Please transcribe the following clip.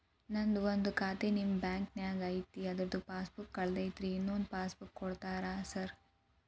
ನಂದು ಒಂದು ಖಾತೆ ನಿಮ್ಮ ಬ್ಯಾಂಕಿನಾಗ್ ಐತಿ ಅದ್ರದು ಪಾಸ್ ಬುಕ್ ಕಳೆದೈತ್ರಿ ಇನ್ನೊಂದ್ ಪಾಸ್ ಬುಕ್ ಕೂಡ್ತೇರಾ ಸರ್?